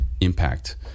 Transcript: impact